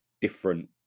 different